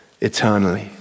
eternally